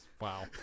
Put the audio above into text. Wow